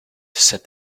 said